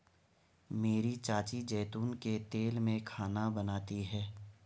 मेरी चाची जैतून के तेल में खाना बनाती है